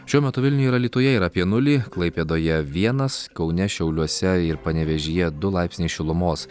šiuo metu vilniuje ir alytuje yra apie nulį klaipėdoje vienas kaune šiauliuose ir panevėžyje du laipsniai šilumos